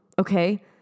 Okay